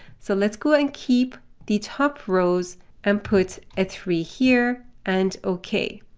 so let's go and keep the top rows and put a three here and ok.